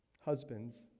Husbands